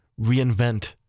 reinvent